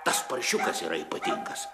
tas paršiukas yra ypatingas